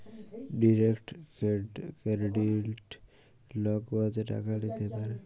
direct credit লক উয়াতে টাকা ল্যিতে পারে